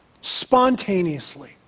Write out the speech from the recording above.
Spontaneously